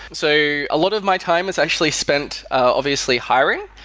so a lot of my time is actually spent obviously hiring.